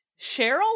Cheryl